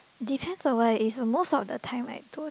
depends on what it is most of the time I don't